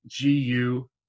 gu